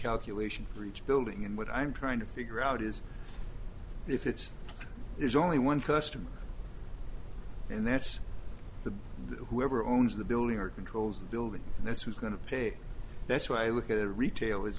calculation for each building and what i'm trying to figure out is if it's there's only one customer and that's the whoever owns the building or controls the building and that's who's going to pay that's what i look at retail is